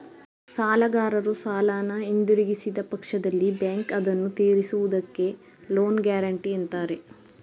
ಸಾಲಗಾರರು ಸಾಲನ ಹಿಂದಿರುಗಿಸಿದ ಪಕ್ಷದಲ್ಲಿ ಬ್ಯಾಂಕ್ ಅದನ್ನು ತಿರಿಸುವುದಕ್ಕೆ ಲೋನ್ ಗ್ಯಾರೆಂಟಿ ಅಂತಾರೆ